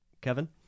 Kevin